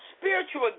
spiritual